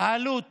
העלות